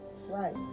right